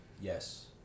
yes